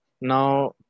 Now